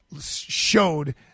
showed